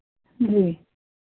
जी